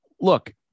Look